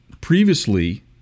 previously